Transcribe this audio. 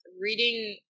reading